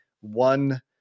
one